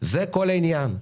זה כל העניין.